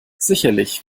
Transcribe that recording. sicherlich